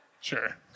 Sure